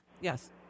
Yes